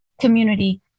community